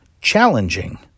challenging